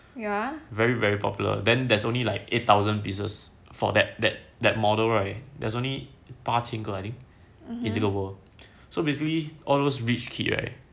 very very popular then there's only like eight thousand pieces for that that that model right there's only 八千个 in the world so basically all those rich kids right